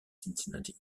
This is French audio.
cincinnati